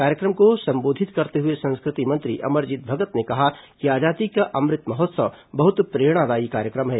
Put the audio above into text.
कार्यक्रम को संबोधित करते हुए संस्कृति मंत्री अमरजीत भगत ने कहा कि आजादी के अमृत महोत्सव बहुत प्रेरणादायी कार्यक्रम है